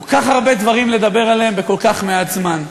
כל כך הרבה דברים לדבר עליהם בכל כך מעט זמן.